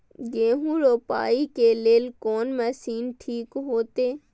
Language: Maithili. गेहूं रोपाई के लेल कोन मशीन ठीक होते?